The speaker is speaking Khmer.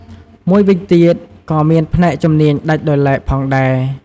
មួយវិញទៀត ក៏មានផ្នែកជំនាញដាច់ដោយឡែកផងដែរ។